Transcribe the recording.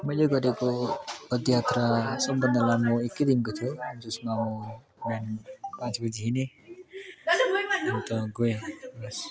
मैले गरेको पदयात्रा सबभन्दा लामो एकैदिनको थियो जसमा म बिहान पाँचबजी हिँडे अन्त गएँ बस्